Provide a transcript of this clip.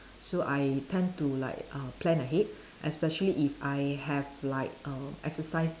so I tend to like uh plan ahead especially if I have like err exercise